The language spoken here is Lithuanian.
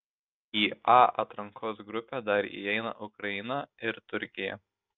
į a atrankos grupę dar įeina ukraina ir turkija